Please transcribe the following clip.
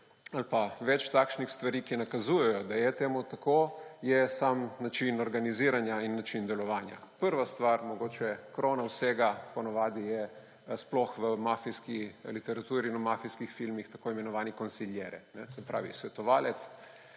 ali pa več takšnih stvari, ki nakazujejo, da je temu tako, je sam način organiziranja in način delovanja. Prva stvar, mogoče krona vsega, je po navadi, sploh v mafijski literaturi in v mafijskih filmih, tako imenovani consigliere, se pravi svetovalec